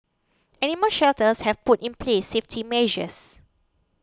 animal shelters have put in place safety measures